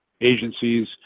agencies